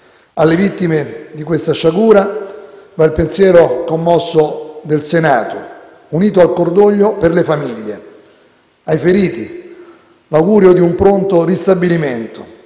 Alle vittime di questa sciagura va il pensiero commosso del Senato, unito al cordoglio per le famiglie, ai feriti l'augurio di un pronto ristabilimento,